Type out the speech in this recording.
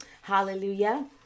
hallelujah